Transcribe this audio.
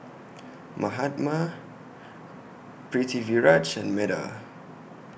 Mahatma Pritiviraj and Medha